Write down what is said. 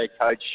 coach